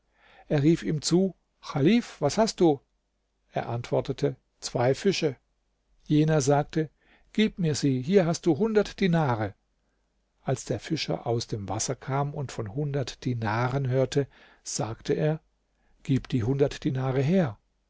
er rief ihm zu chalif was hast du er antwortete zwei fische jener sagte gib mir sie hier hast du hundert dinare als der fischer aus dem wasser kam und von hundert dinaren hörte sagte er gib die hundert dinare her